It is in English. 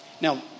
Now